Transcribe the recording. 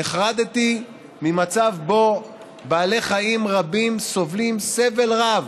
נחרדתי ממצב שבו בעלי חיים רבים סובלים סבל רב